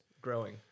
growing